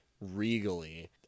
regally